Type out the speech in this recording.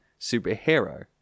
superhero